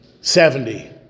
seventy